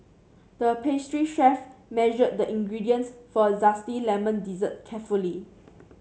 the pastry chef measured the ingredients for a zesty lemon dessert carefully